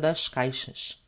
das caixas